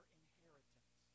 inheritance